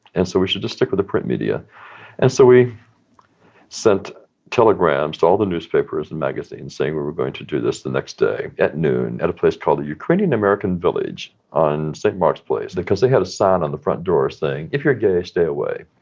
and so we should just stick with the print media and so we sent telegrams to all the newspapers and magazines saying we were going to do this the next day at noon at a place called the ukrainian american village on st. marks place because they had a sign on the front door saying, if you're gay, stay away.